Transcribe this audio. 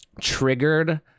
triggered